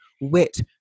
wit